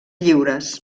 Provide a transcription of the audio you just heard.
lliures